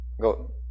go